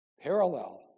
parallel